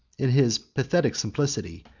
in his pathetic simplicity,